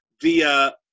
via